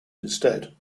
instead